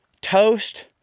Toast